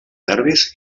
nervis